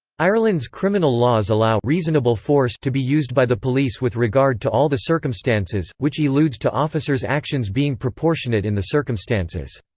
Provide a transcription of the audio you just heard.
ireland's criminal laws allow reasonable force to be used by the police with regard to all the circumstances, which eludes to officers actions being proportionate in the circumstances.